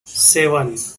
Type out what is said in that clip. seven